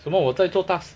什么我在做 task